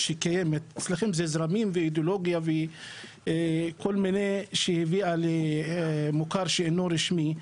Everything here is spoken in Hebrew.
אצלכם זה זרמים ואידיאולוגיה שהביאה למוכר שאינו רשמי,